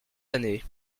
l’année